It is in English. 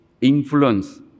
influence